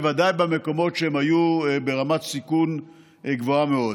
בוודאי במקומות שהיו ברמת סיכון גבוהה מאוד.